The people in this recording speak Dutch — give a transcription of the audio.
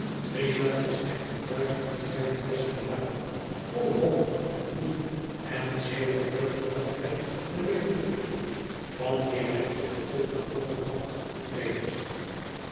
richard was echter juist in zijne beste luim vol hoop en moed en zeer verheugd dat hij mijnheer woodcourt van wien hij altijd veel gehouden had wederzag